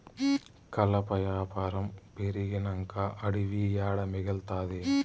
కలప యాపారం పెరిగినంక అడివి ఏడ మిగల్తాది